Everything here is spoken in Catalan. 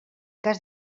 cas